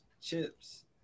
chips